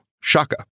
Shaka